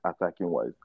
attacking-wise